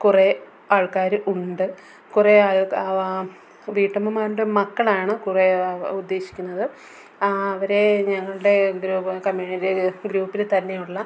കുറേ ആൾക്കാർ ഉണ്ട് കുറേ ആവർ വീട്ടമ്മമാരുടെ മക്കളാണ് കുറേ ഉദ്ദേശിക്കുന്നത് അവരെ ഞങ്ങളുടെ ഗ്രൂപ്പ് കമ്മ്യൂണിറ്റി ഗ്രൂപ്പിൽ തന്നെയുള്ള